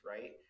right